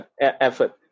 effort